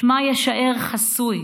שמה יישאר חסוי,